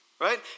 Right